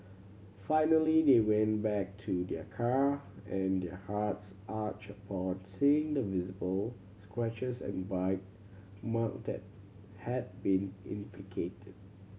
finally they went back to their car and their hearts ached upon seeing the visible scratches and bite mark that had been inflicted